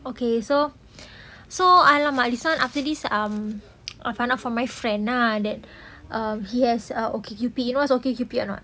okay so so !alamak! this one after this um I find out from my friend ah that um that he has a okcupid you know what's a okcupid or not